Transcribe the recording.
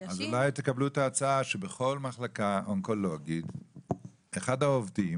חדשים --- אז אולי תקבלו את ההצעה שבכל מחלקה אונקולוגית אחד העובדים,